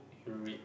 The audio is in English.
you read